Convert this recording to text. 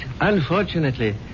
unfortunately